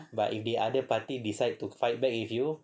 but if the other party decide to fight back with you